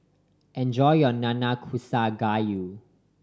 enjoy your Nanakusa Gayu